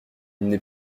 n’est